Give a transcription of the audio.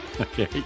Okay